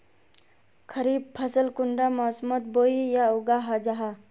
खरीफ फसल कुंडा मोसमोत बोई या उगाहा जाहा?